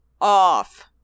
off